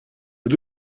het